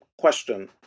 question